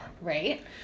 Right